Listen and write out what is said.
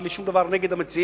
אין לי שום דבר נגד המציעים,